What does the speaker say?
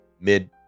mid